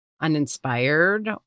uninspired